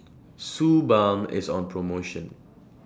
Suu Balm IS on promotion